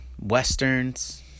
Westerns